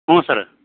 ಹ್ಞೂ ಸರ